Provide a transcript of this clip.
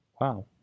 Wow